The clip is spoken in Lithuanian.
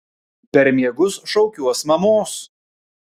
per miegus šaukiuos mamos